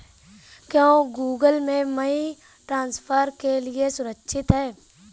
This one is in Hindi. क्या गूगल पे मनी ट्रांसफर के लिए सुरक्षित है?